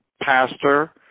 pastor